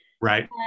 right